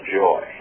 joy